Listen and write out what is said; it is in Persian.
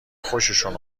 خوششون